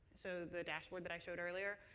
so the dashboard but i showed earlier.